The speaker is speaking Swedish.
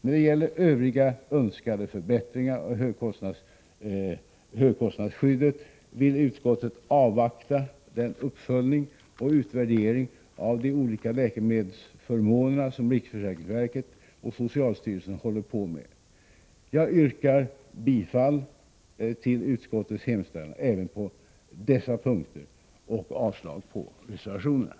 När det gäller övriga önskade förbättringar av högkostnadsskyddet vill utskottet avvakta den uppföljning och utvärdering av de olika läkemedelsförmånerna som riksförsäkringsverket och socialstyrelsen håller på med. Jag yrkar bifall till utskottets hemställan även på dessa punkter och avslag på reservationerna.